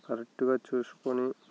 కరెక్ట్గా చూసుకొని